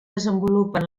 desenvolupen